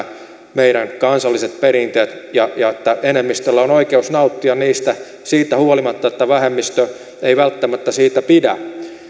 meidän kansalliset perinteet ja että enemmistöllä on oikeus nauttia niistä siitä huolimatta että vähemmistö ei välttämättä siitä pidä